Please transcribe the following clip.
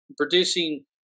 producing